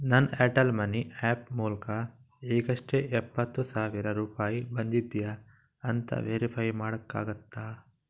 ನನ್ನ Airtel money app ಮೂಲಕ ಈಗಷ್ಟೇ ಎಪ್ಪತ್ತು ಸಾವಿರ ರೂಪಾಯಿ ಬಂದಿದೆಯಾ ಅಂತ ವೆರಿಫೈ ಮಾಡೋಕ್ಕಾಗುತ್ತಾ